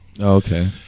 Okay